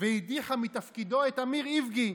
והדיחה מתפקידו את אמיר איבגי,